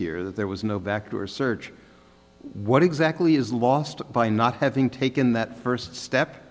here that there was no back door search what exactly is lost by not having taken that first step